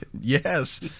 yes